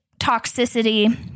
toxicity